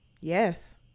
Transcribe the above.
Yes